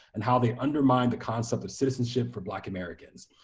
and how they undermine the concept of citizenship for black americans.